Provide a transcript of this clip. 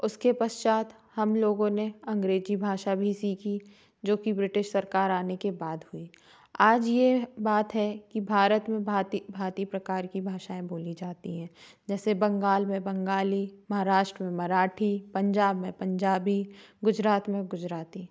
उसके पश्चात हम लोगों ने अंग्रेजी भाषा भी सीखी जो कि ब्रिटिश सरकार आने के बाद हुई आज यह बात है कि भारत में भांति भांति प्रकार की भाषाऍं बोली जाती हैं जैसे बंगाल में बंगाली महाराष्ट्र में मराठी पंजाब में पंजाबी गुजरात में गुजराती